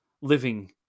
living